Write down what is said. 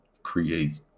Create